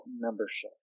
membership